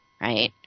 right